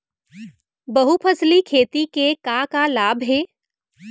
बहुफसली खेती के का का लाभ हे?